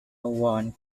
one